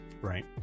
Right